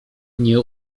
nie